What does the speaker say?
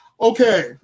Okay